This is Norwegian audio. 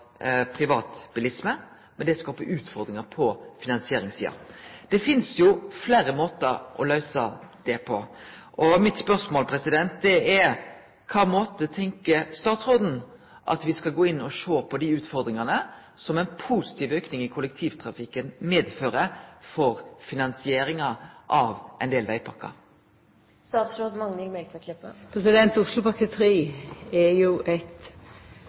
privatbilisme, men det skaper utfordringar på finansieringssida. Det finst jo fleire måtar å løyse det på. Mitt spørsmål er: Korleis tenkjer statsråden at me skal gå inn og sjå på dei utfordringane som ein positiv auke i kollektivtrafikken medfører for finansieringa av ein del vegpakker? Oslopakke 3 er jo